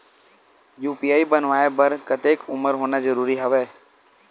UPI बनवाय बर कतेक उमर होना जरूरी हवय?